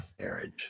marriage